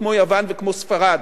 כמו יוון וספרד,